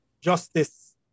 justice